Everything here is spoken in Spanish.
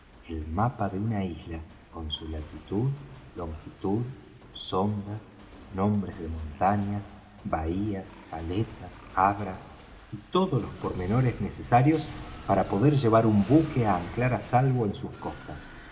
el mapa de una isla con su latitud longitud sondas nombres de montañas bahías caletas abras y todos los pormenores necesarios para poder llevar un buque á anclar á salvo en sus costas